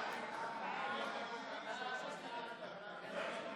להעביר את הצעת חוק יחסי ממון בין בני